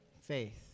faith